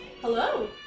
Hello